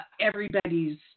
everybody's